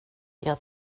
jag